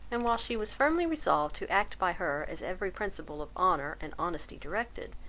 and while she was firmly resolved to act by her as every principle of honour and honesty directed,